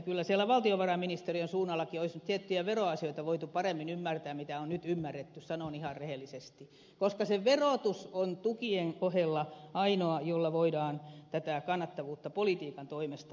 kyllä siellä valtiovarainministeriön suunnallakin olisi tiettyjä veroasioita voitu ymmärtää paremmin kuin on nyt ymmärretty sanon ihan rehellisesti koska se verotus on tukien ohella ainoa jolla voidaan tätä kannattavuutta politiikan toimesta parantaa